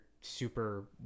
super